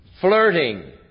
Flirting